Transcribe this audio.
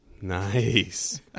nice